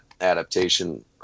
adaptation